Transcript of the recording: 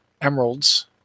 emeralds